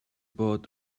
bod